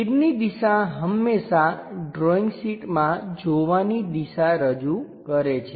તીરની દિશા હંમેશા ડ્રૉઈંગ શીટમાં જોવાની દિશા રજૂ કરે છે